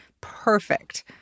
perfect